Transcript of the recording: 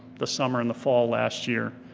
the summer and the fall last year.